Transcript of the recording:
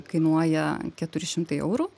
kainuoja keturi šimtai eurų